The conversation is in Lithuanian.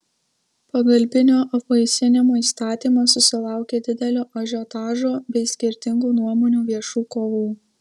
pagalbinio apvaisinimo įstatymas susilaukė didelio ažiotažo bei skirtingų nuomonių viešų kovų